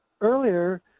Earlier